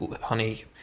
Honey